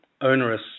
onerous